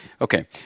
Okay